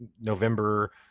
November